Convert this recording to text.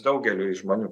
daugeliui žmonių